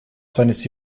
seines